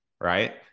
right